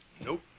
Nope